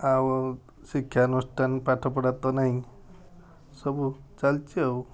ଆଉ ଶିକ୍ଷା ଅନୁଷ୍ଠାନ ପାଠପଢ଼ା ତ ନାହିଁ ସବୁ ଚାଲିଛି ଆଉ